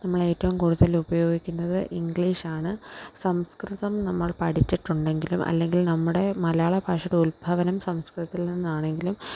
നമ്മളേറ്റവും കൂടുതലുപയോഗിക്കുന്നത് ഇംഗ്ലീഷാണ് സംസ്കൃതം നമ്മൾ പഠിച്ചിട്ടുണ്ടെങ്കിലും അല്ലെങ്കിൽ നമ്മുടെ മലയാള ഭാഷയുടെ ഉത്ഭവം സംസ്കൃതത്തിൽ നിന്നാണെങ്കിലും